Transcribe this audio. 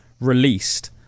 released